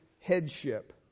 headship